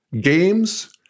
games